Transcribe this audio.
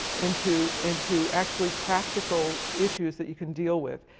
into into actually practical issues that you can deal with.